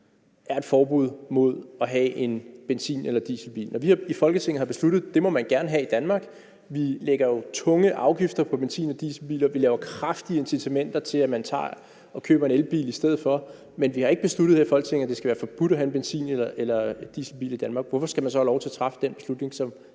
er et forbud mod at have en benzin- eller dieselbil. Og i Folketinget har vi besluttet, at det må man gerne have i Danmark. Vi lægger jo tunge afgifter på benzin- og dieselbiler, og vi laver kraftige incitamenter til, at man køber en elbil i stedet for. Men vi har ikke besluttet her i Folketinget, at det skal være forbudt at have en benzin- eller dieselbil i Danmark. Hvorfor skal man så have lov til at træffe den beslutning, som